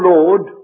Lord